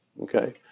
Okay